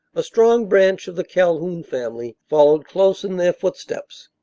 a strong branch of the calhoun family followed close in their footsteps.